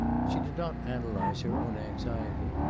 she did not analyze her own anxiety,